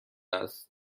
است